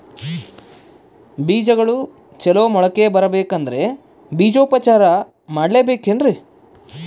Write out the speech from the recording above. ಬೇಜಗಳು ಚಲೋ ಮೊಳಕೆ ಬರಬೇಕಂದ್ರೆ ಬೇಜೋಪಚಾರ ಮಾಡಲೆಬೇಕೆನ್ರಿ?